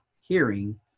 hearing